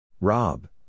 Rob